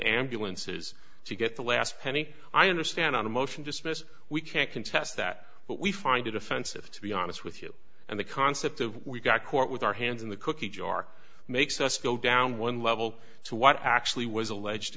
ambulances to get the last penny i understand on a motion dismissed we can't contest that but we find it offensive to be honest with you and the concept of we've got court with our hands in the cookie jar makes us go down one level to what actually was alleged